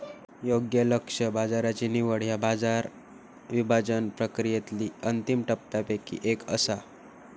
योग्य लक्ष्य बाजाराची निवड ह्या बाजार विभाजन प्रक्रियेतली अंतिम टप्प्यांपैकी एक असा